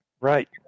Right